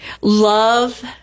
love